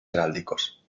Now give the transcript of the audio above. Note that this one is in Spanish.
heráldicos